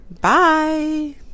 bye